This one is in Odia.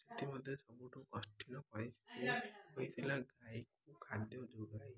ସେଥିମଧ୍ୟରୁ ସବୁଠୁ କଷ୍ଟ ହୋଇଥିଲା ଗାଈକୁ ଖାଦ୍ୟ ଯୋଗାଇବା